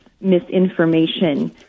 misinformation